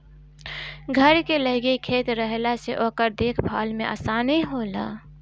घर के लगे खेत रहला से ओकर देख भाल में आसानी होला